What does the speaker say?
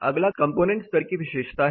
अगला कंपोनेंट स्तर की विशेषता है